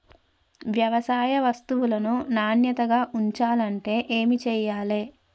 వ్యవసాయ వస్తువులను నాణ్యతగా ఉంచాలంటే ఏమి చెయ్యాలే?